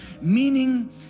Meaning